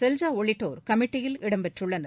செல்ஜா உள்ளிட்டோர் கமிட்டியில் இடம் பெற்றள்ளனர்